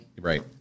Right